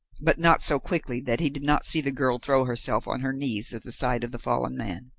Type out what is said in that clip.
but not so quickly that he did not see the girl throw herself on her knees at the side of the fallen man.